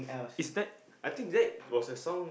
is that I think that was a song